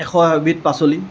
এশ এবিধ পাচলি